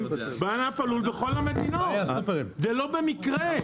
בענף הלול בכל המדינות ולא במקרה.